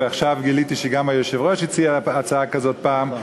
ועכשיו גיליתי שגם היושב-ראש הציע הצעה כזאת פעם,